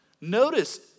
Notice